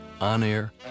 on-air